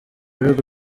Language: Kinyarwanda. bihugu